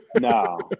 No